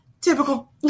typical